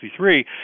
1963